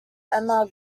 emma